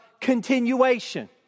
continuation